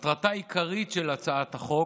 מטרתה העיקרית של הצעת החוק,